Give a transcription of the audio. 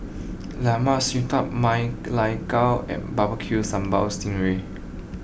Lemak Siput Ma Lai Gao and barbecue Sambal Sting Ray